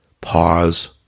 pause